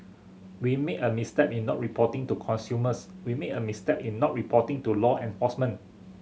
we made a misstep in not reporting to consumers and we made a misstep in not reporting to law enforcement